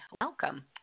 Welcome